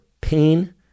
pain